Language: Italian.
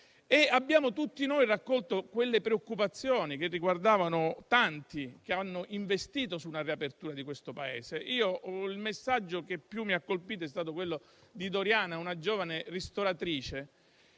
abbiamo raccolto le preoccupazioni che riguardavano i tanti che hanno investito su una riapertura del Paese. Il messaggio che più mi ha colpito è stato quello di Doriana, una giovane ristoratrice,